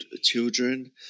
children